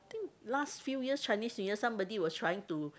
I think last few year Chinese New Year somebody was trying to